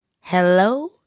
Hello